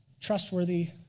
trustworthy